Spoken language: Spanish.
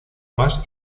más